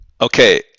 Okay